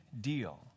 deal